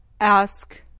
Ask